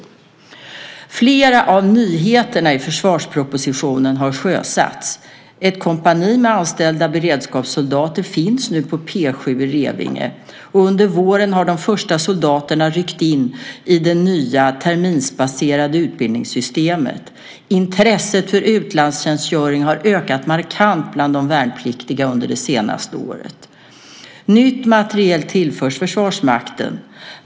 Flera av nyheterna i försvarspropositionen har sjösatts. Ett kompani med anställda beredskapssoldater finns nu på P 7 i Revinge. Under våren har de första soldaterna ryckt in i det nya terminsbaserade utbildningssystemet. Intresset för utlandstjänstgöring har ökat markant bland de värnpliktiga under det senaste året. Ny materiel tillförs Försvarsmakten.